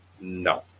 No